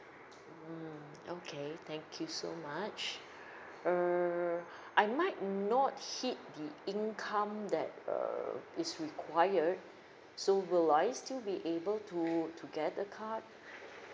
mm okay thank you so much err I might not hit the income that err is required so will I still be able to to get the card